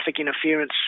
interference